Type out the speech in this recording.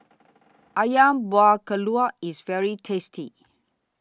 Ayam Buah Keluak IS very tasty